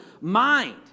mind